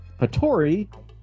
Patori